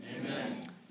Amen